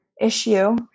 issue